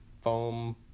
foam